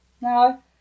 No